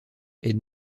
est